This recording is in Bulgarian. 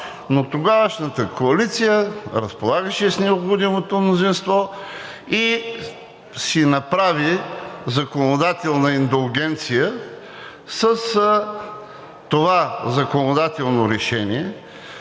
но тогавашната коалиция разполагаше с необходимото мнозинство и си направи законодателна индулгенция с това законодателно решение,